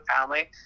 family